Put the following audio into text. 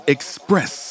Express